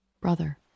brother